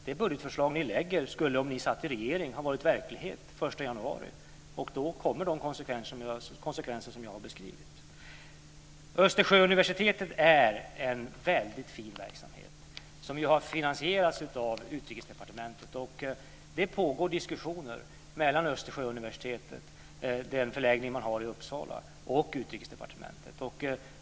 Det budgetförslag som ni lägger fram skulle om ni satt i regering ha varit verklighet den 1 januari. Då kommer de konsekvenser som jag har beskrivit. Östersjöuniversitetet är en mycket fin verksamhet, som har finansierats av Utrikesdepartementet. Det pågår diskussioner mellan den förläggning Östersjöuniversitetet har i Uppsala och Utrikesdepartementet.